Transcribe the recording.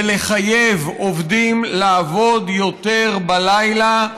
לחייב עובדים לעבוד יותר בלילה,